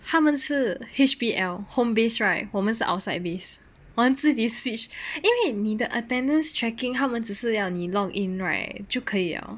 他们是 H_B_L home base right 我们是 outside base 我们自己 switch 因为你的 attendance checking 他们只是要你 log in right 就可以了